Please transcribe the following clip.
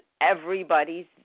everybody's